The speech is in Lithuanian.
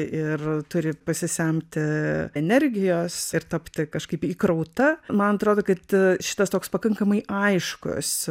ir turi pasisemti energijos ir tapti kažkaip įkrauta man atrodo kad šitas toks pakankamai aiškus